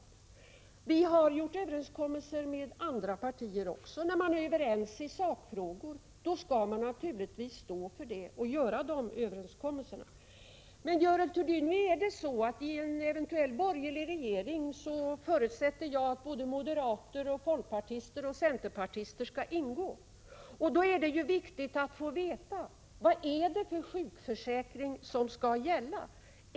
focialdemokraterna har också träffat överenskommelser med andra partier. Är man överens i sakfrågor, skall man naturligtvis stå för vad som avtalats. Men jag förutsätter, Görel Thurdin, att moderater, folkpartister, och centerpartister skall ingå i en eventuell borgerlig regering. Då är det ju viktigt att få veta vilken sjukförsäkring som skall gälla.